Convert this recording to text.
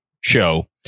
show